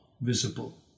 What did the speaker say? visible